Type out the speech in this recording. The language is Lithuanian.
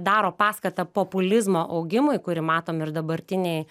daro paskatą populizmo augimui kurį matom ir dabartinėj